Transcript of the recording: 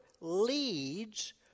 leads